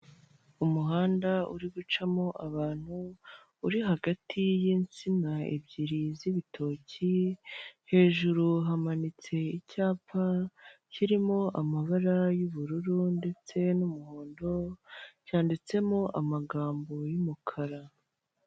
Abantu, imodoka, inzu ,nsinga, ipoto, kaburimbo, imitaka ibiri, n'abagenti ba emutiyeni.